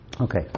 Okay